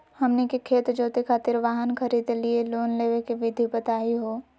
हमनी के खेत जोते खातीर वाहन खरीदे लिये लोन लेवे के विधि बताही हो?